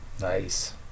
Nice